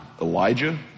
Elijah